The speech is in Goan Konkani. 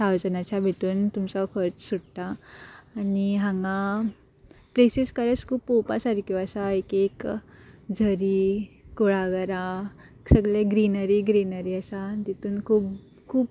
ठावजनाच्या भितून तुमचो खर्च सुट्टा आनी हांगा प्लेसीस खरेंच खूब पोवपा सारक्यो आसा एक झरी कुळागरां सगळे ग्रीनरी ग्रीनरी आसा तितून खूब खूब